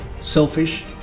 selfish